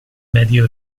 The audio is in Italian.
medio